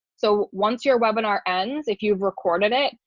so once your webinar ends, if you've recorded it,